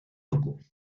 ruku